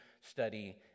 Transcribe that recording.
study